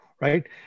Right